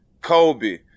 Kobe